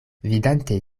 vidante